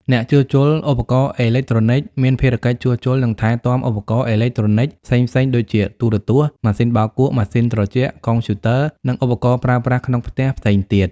អ្នកជួសជុលឧបករណ៍អេឡិចត្រូនិកមានភារកិច្ចជួសជុល និងថែទាំឧបករណ៍អេឡិចត្រូនិចផ្សេងៗដូចជា ទូរទស្សន៍ ម៉ាស៊ីនបោកគក់ ម៉ាស៊ីនត្រជាក់ កុំព្យូទ័រ និងឧបករណ៍ប្រើប្រាស់ក្នុងផ្ទះផ្សេងទៀត។